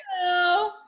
Hello